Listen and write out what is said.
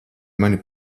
mani